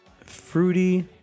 fruity